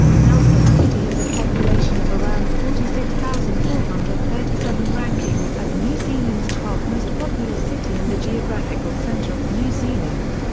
nelson city has a population of around forty six thousand four hundred and thirty seven ranking it as new zealand's twelfth most populous city and the geographical centre of new zealand.